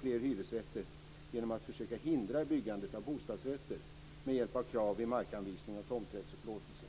fler hyresrätter genom att försöka hindra byggandet av bostadsrätter med hjälp av krav på markanvisning och tomträttsupplåtelser.